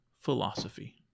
philosophy